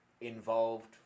involved